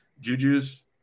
Juju's